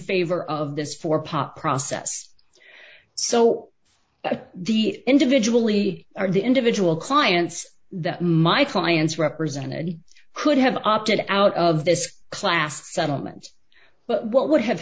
favor of this for pop process so the individual e are the individual clients that my clients represented could have opted out of this class settlement but what would have